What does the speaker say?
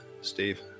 Steve